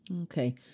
Okay